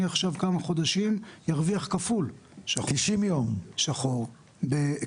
אני עכשיו ארוויח כפול בשחור במשך כמה חודשים״.